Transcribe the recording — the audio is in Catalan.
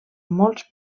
molts